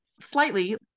Slightly